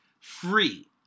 free